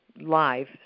live